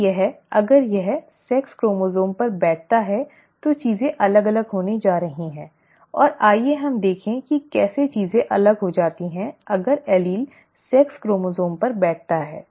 यदि यह अगर यह सेक्स क्रोमसोम्स पर बैठता है तो चीजें अलग अलग होने जा रही हैं और आइए हम देखें कि कैसे चीजें अलग हो जाती हैं अगर एलील सेक्स क्रोमसोम्स पर बैठता है